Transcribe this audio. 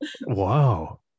Wow